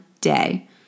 day